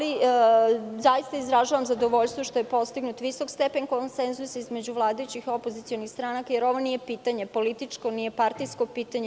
Izražavam zadovoljstvo što je postignut visok stepen konsenzusa između vladajućih i opozicionih stranaka, jer ovo nije političko pitanje, partijsko pitanje.